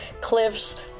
cliffs